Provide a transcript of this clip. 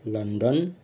London